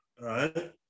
Right